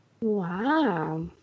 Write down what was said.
Wow